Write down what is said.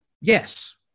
Yes